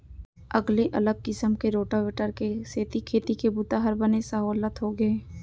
अगले अलग किसम के रोटावेटर के सेती खेती के बूता हर बने सहोल्लत होगे हे